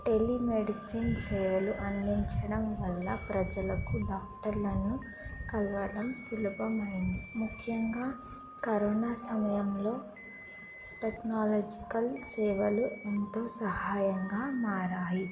tele medicine సేవలు అందించడం వల్ల ప్రజలకు డాక్టర్లను కలవడం సులభమైంది ముఖ్యంగా కరోనా సమయంలో టెక్నాలాజికల్ సేవలు ఎంతో సహాయంగా మారాయి